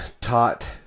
taught